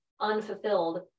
unfulfilled